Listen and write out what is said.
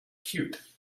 cute